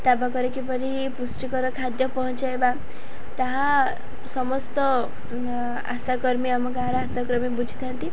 ତା ପାଖରେ କିପରି ପୃଷ୍ଟିକର ଖାଦ୍ୟ ପହଞ୍ଚାଇବା ତାହା ସମସ୍ତ ଆଶାକର୍ମୀ ଆମ ଗାଁର ଆଶାକର୍ମୀ ବୁଝିଥାନ୍ତି